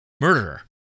murderer